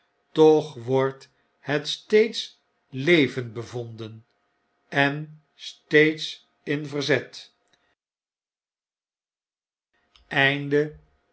toch wordt het steeds levend evonden en steeds in verzet